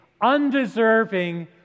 undeserving